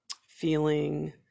feeling